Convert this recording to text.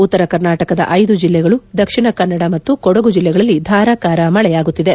ಉತ್ತರ ಕರ್ನಾಟಕದ ಐದು ಜಿಲ್ಲೆಗಳು ದಕ್ಷಿಣ ಕನ್ನಡ ಮತ್ತು ಕೊಡಗು ಜಿಲ್ಲೆಗಳಲ್ಲಿ ಧಾರಾಕಾರ ಮಳೆಯಾಗುತ್ತಿದೆ